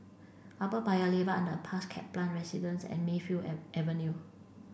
Upper Paya Lebar Underpass Kaplan Residence and Mayfield Avenue